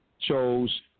chose